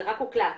זה רק הוקלט.